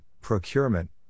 Procurement